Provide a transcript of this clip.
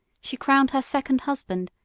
she crowned her second husband,